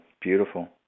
Beautiful